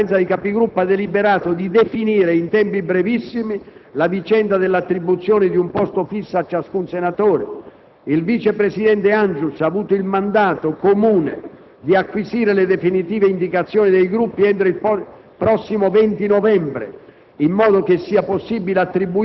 che, sempre all'unanimità, la Conferenza dei Capigruppo ha deliberato di definire in tempi brevissimi la vicenda dell'attribuzione di un posto fisso a ciascun senatore. Il vice presidente Angius ha avuto mandato di acquisire le definitive indicazioni dei Gruppi entro il prossimo 20 novembre,